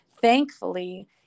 Thankfully